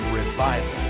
revival